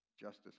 justice